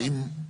האם,